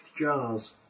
jars